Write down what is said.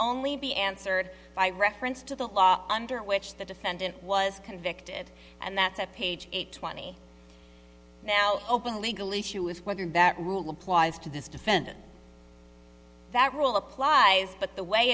only be answered by reference to the law under which the defendant was convicted and that's a page a twenty now open legal issue is whether that rule applies to this defendant that rule applies but the way